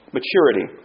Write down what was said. Maturity